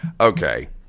okay